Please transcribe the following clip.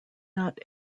not